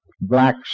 black